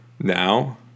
now